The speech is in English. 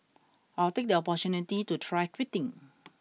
I'll take the opportunity to try quitting